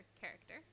character